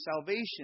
salvation